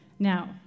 Now